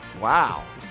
Wow